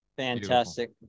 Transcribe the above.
Fantastic